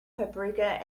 paprika